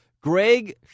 Greg